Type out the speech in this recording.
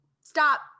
stop